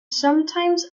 sometimes